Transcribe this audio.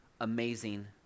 Amazing